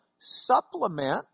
supplement